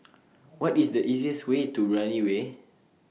What IS The easiest Way to Brani Way